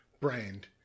brand